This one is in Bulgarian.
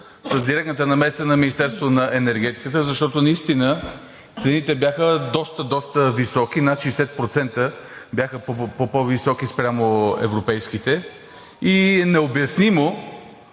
с директната намеса на Министерството на енергетиката, защото наистина цените бяха доста, доста високи – над 60% бяха по-високи спрямо европейските, и е необясним